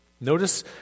Notice